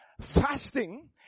fasting